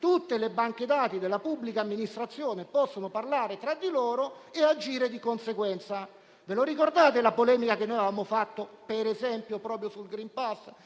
tutte le banche dati della pubblica amministrazione possono comunicare tra loro e agire di conseguenza. Ricordate la polemica che avevamo fatto, per esempio, proprio sul *green pass*,